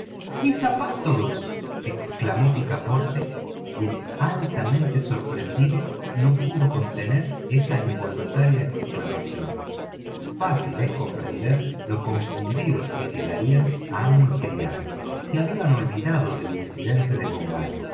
mis zapatos exclamó picaporte quien altamente sorprendido no pudo contener esa involuntaria exclamación fácil es comprender lo confundidos que quedaron amo y criado se habían olvidado del incidente de bombay